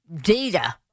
data